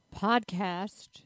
podcast